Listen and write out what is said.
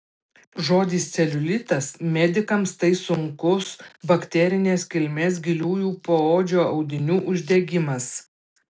žodis celiulitas medikams tai sunkus bakterinės kilmės giliųjų poodžio audinių uždegimas